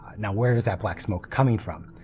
now where is that black smoke coming from?